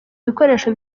ibikoresho